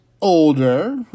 older